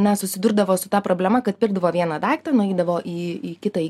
na susidurdavo su ta problema kad pirkdavo vieną daiktą nueidavo į į kitą